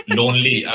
lonely